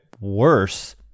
worse